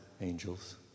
angels